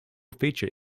feature